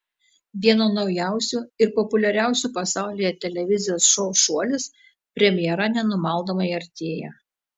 vieno naujausių ir populiariausių pasaulyje televizijos šou šuolis premjera nenumaldomai artėja